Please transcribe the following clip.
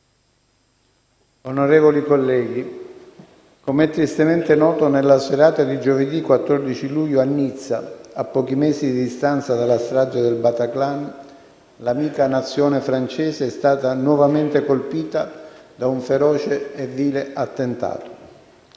colleghi, come è tristemente noto, nella serata di giovedì 14 luglio a Nizza, a pochi mesi di distanza dalla strage del Bataclan, l'amica Nazione francese è stata nuovamente colpita da un feroce e vile attentato.